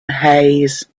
hayes